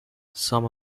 some